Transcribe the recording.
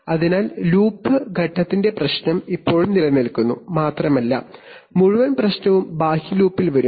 അതിനാൽ ലൂപ്പ് ഘട്ടത്തിന്റെ പ്രശ്നം ഇപ്പോഴും നിലനിൽക്കുന്നു മാത്രമല്ല മുഴുവൻ പ്രശ്നവും ബാഹ്യ ലൂപ്പിൽ വരും